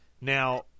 Now